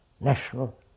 national